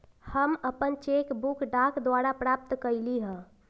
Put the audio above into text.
हम अपन cheque book डाक द्वारा प्राप्त कईली ह